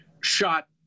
shot